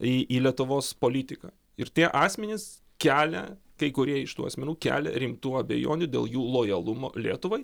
į į lietuvos politiką ir tie asmenys kelia kai kurie iš tų asmenų kelia rimtų abejonių dėl jų lojalumo lietuvai